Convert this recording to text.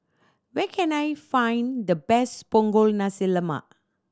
where can I find the best Punggol Nasi Lemak